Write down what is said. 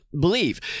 believe